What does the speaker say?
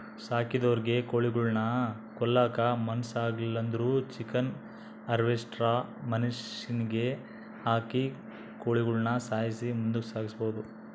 ಸಾಕಿದೊರಿಗೆ ಕೋಳಿಗುಳ್ನ ಕೊಲ್ಲಕ ಮನಸಾಗ್ಲಿಲ್ಲುದ್ರ ಚಿಕನ್ ಹಾರ್ವೆಸ್ಟ್ರ್ ಮಷಿನಿಗೆ ಹಾಕಿ ಕೋಳಿಗುಳ್ನ ಸಾಯ್ಸಿ ಮುಂದುಕ ಸಾಗಿಸಬೊದು